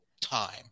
time